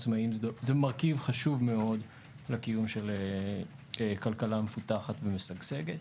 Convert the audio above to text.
עצמאיים זה מרכיב חשוב מאוד לקיום של כלכלה מפותחת ומשגשגת.